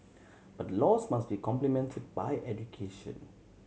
but laws must be complemented by education